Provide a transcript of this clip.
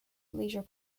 leisure